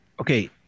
Okay